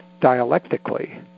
dialectically